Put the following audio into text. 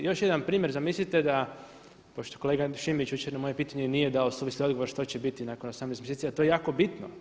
Još jedan primjer zamislite da pošto kolega Šimić jučer na moje pitanje nije dao suvisli odgovor što će biti nakon 18 mjeseci, a to je jako bitno.